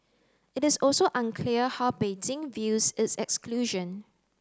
it is also unclear how Beijing views its exclusion